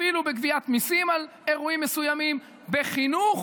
אפילו בגביית מיסים על אירועים מסוימים, בחינוך